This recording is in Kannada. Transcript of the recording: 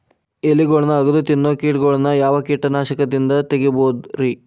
ಎಲಿಗೊಳ್ನ ಅಗದು ತಿನ್ನೋ ಕೇಟಗೊಳ್ನ ಯಾವ ಕೇಟನಾಶಕದಿಂದ ತಡಿಬೋದ್ ರಿ?